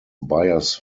byers